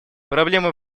проблемы